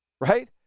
right